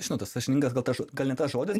žinot tas sąžiningas gal ta gal ne tas žodis